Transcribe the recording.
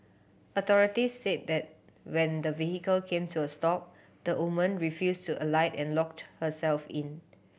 authorities said that when the vehicle came to a stop the woman refused to alight and locked herself in